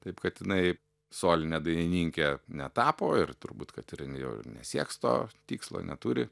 taip kad jinai soline dainininke netapo ir turbūt kad ir jo ir nesieks to tikslo neturi